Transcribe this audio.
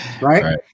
right